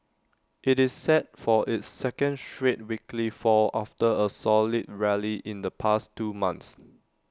IT is set for its second straight weekly fall after A solid rally in the past two months